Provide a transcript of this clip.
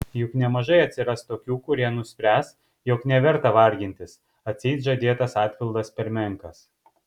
juk nemažai atsiras tokių kurie nuspręs jog neverta vargintis atseit žadėtas atpildas per menkas